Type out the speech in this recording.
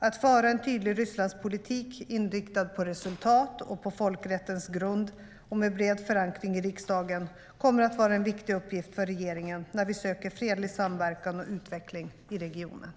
Att föra en tydlig Rysslandspolitik, inriktad på resultat och på folkrättens grund och med bred förankring i riksdagen, kommer att vara en viktig uppgift för regeringen när vi söker fredlig samverkan och utveckling i regionen.